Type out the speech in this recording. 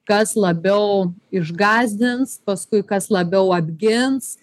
kas labiau išgąsdins paskui kas labiau apgins